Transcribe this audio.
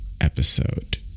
episode